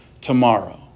tomorrow